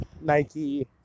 Nike